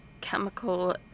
chemical